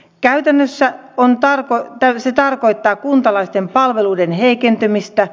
käytännössä se tarkoittaa kuntalaisten palveluiden heikentymistä